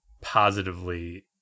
positively